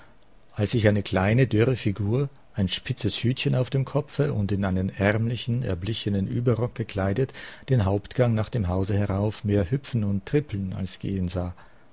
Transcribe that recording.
als ich eine kleine dürre figur ein spitzes hütchen auf dem kopfe und in einen ärmlichen erblichenen überrock gekleidet den hauptgang nach dem hause herauf mehr hüpfen und trippeln als gehen sah